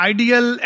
Ideal